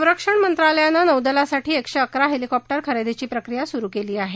संरक्षण मंत्रालयानं नौदलासाठी एकशे अकरा हेलिकॉप्टर खरेदीची प्रक्रिया सुरू केली आहे